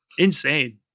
insane